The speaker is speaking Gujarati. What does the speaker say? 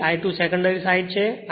તેથી I2 સેકન્ડરી સાઇડ છે